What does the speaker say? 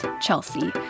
Chelsea